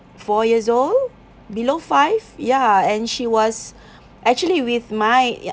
four years old below five ya and she was actually with my